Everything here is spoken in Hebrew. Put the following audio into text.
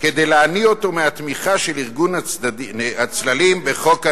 כדי להניא אותו מהתמיכה של ארגון הצללים בחוק הנאמנות".